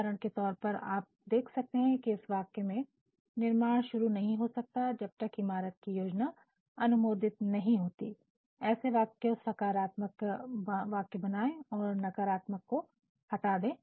उदाहरण के तौर पर आप देख सकते हैं की इस वाक्य में 'निर्माण शुरू नहीं कर सकते हैं जब तक के इमारत की योजना अनुमोदित नहीं होती' ऐसे वाक्यों को सकारात्मक वाक्य बनाएं और नकारात्मक को हटा दें